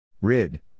Rid